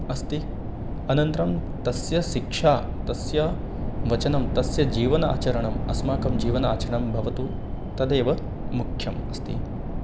अस्ति अनन्तरं तस्य शिक्षा तस्य वचनं तस्य जीवनम् आचरणम् अस्माकं जीवनम् आचरणम् भवतु तदेव मुख्यम् अस्ति